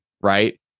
Right